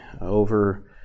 over